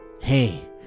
Hey